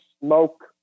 smoke